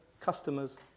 customers